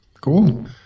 cool